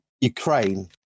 ukraine